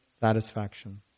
satisfaction